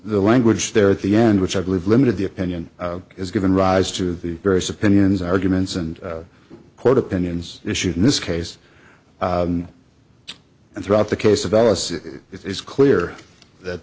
the language there at the end which i believe limited the opinion has given rise to the various opinions arguments and court opinions issued in this case and throughout the case of us it is clear that